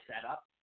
setup